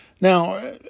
Now